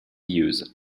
use